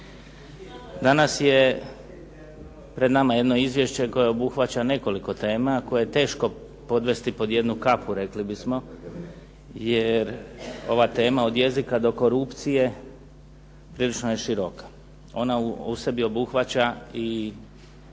Danas je pred nama jedno izvješće koje obuhvaća nekoliko tema, koje je teško podvesti pod jednu kapu rekli bismo, jer ova tema od jezika do korupcije prilično je široka. Ona u sebi obuhvaća i